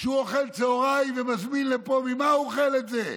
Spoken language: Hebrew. כשהוא אוכל צוהריים ומזמין לפה ממה הוא אוכל את זה,